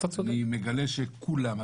אני מגלה שכולם,